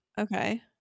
okay